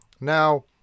now